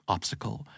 Obstacle